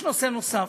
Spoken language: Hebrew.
יש נושא נוסף,